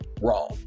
wrong